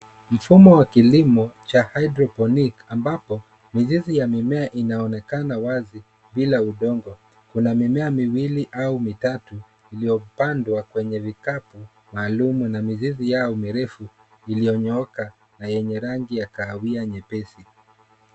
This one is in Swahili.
Mfumo wa kilimo cha hydroponic , ambapo mizizi ya mimea inaonekana wazi bila udongo. Kuna mimea miwili au mitatu, iliyopandwa kwenye vikapu maalumu na mizizi yao mirefu iliyony'ooka na yenye rangi ya kahawia nyepesi.